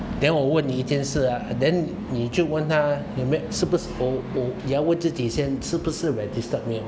then 我问你一件事 then 你就问他有没有是不是我我你要问自己先是不是 registered mail